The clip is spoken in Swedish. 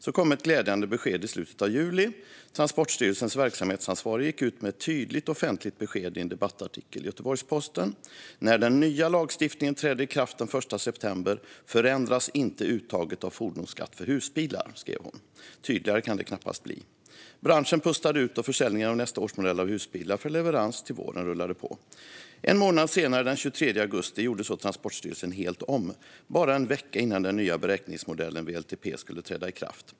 Så kom ett glädjande besked i slutet av juli, då Transportstyrelsens verksamhetsansvarige gick ut med ett tydligt offentligt besked i en debattartikel i Göteborgs-Posten. "När den nya lagstiftningen träder i kraft den 1 september förändras inte uttaget av fordonsskatt för husbilar", skrev hon. Tydligare kan det knappast bli. Branschen pustade ut, och försäljningen av nästa årsmodell av husbilar för leverans till våren rullade på. En månad senare, den 23 augusti, gjorde så Transportstyrelsen helt om, bara en vecka innan den nya beräkningsmodellen WLTP skulle träda i kraft.